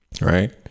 right